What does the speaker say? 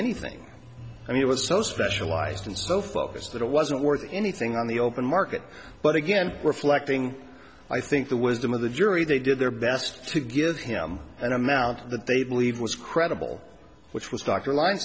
anything i mean it was so specialized and so focused that it wasn't worth anything on the open market but again reflecting i think the wisdom of the jury they did their best to give him an amount that they believed was credible which was doctor line